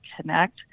connect